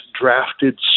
drafted